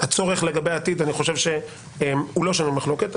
הצורך לגבי העתיד, אני חושב שהוא לא שנוי במחלוקת.